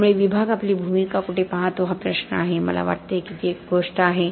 त्यामुळे विभाग आपली भूमिका कुठे पाहतो हा प्रश्न आहे मला वाटते ती एक गोष्ट आहे